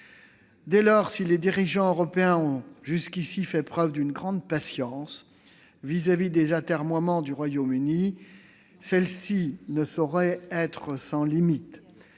Dès lors, si les dirigeants européens ont jusqu'ici fait preuve d'une grande patience vis-à-vis des atermoiements du Royaume-Uni, celle-ci ne saurait être sans limites.